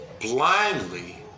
blindly